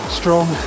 strong